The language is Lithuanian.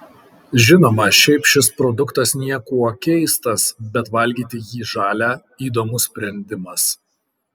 žinoma šiaip šis produktas niekuo keistas bet valgyti jį žalią įdomus sprendimas